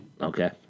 Okay